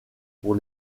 pour